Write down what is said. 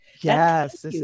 Yes